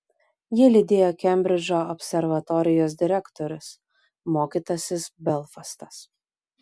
jį lydėjo kembridžo observatorijos direktorius mokytasis belfastas